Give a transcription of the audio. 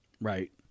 Right